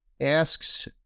asks